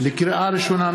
לקריאה ראשונה,